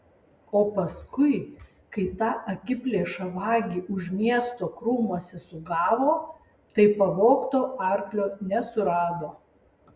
o paskui kai tą akiplėšą vagį už miesto krūmuose sugavo tai pavogto arklio nesurado